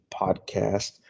Podcast